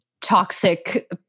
toxic